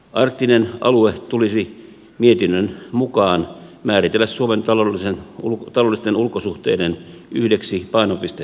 arktinen alue tulisi mietinnön mukaan määritellä suomen taloudellisten ulkosuhteiden yhdeksi painopistesuunnaksi